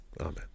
Amen